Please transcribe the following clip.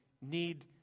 need